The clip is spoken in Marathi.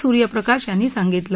सूर्य प्रकाश यांनी सांगितलं